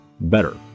better